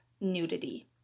nudity